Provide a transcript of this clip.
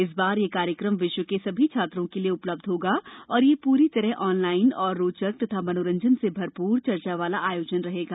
इस बार यह कार्यक्रम विश्व के सभी छात्रों के लिए उपलब्ध होगा और यह प्री तरह ऑनलाइन और रोचक और मनोरंजन से भरप्र चर्चा वाला आयोजन रहेगा